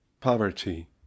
Poverty